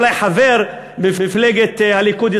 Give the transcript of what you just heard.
אולי חבר במפלגת הליכוד,